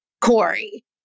Corey